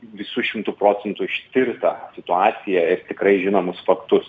visu šimtu procentų ištirt tą situaciją ir tikrai žinomus faktus